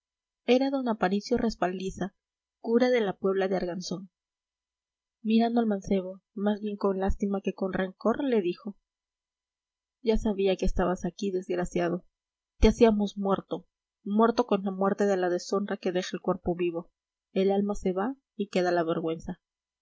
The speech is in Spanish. era d aparicio respaldiza cura de la puebla de arganzón mirando al mancebo más bien con lástima que con rencor le dijo ya sabía que estabas aquí desgraciado te hacíamos muerto muerto con la muerte de la deshonra que deja el cuerpo vivo el alma se va y queda la vergüenza